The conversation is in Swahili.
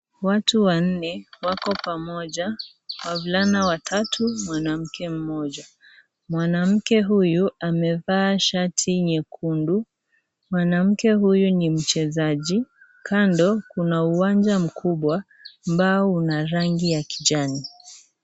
Watu wanne wako pamoja, wavulana watatu, mwanamke mmoja, mwanamke huyu amevaa shati nyekundu, mwanamke huyu ni mchezaji, kando kuna uwanja mkubwa ambao una rangi ya kijani.